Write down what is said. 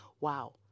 wow